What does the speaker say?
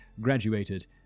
graduated